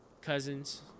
cousins